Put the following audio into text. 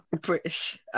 British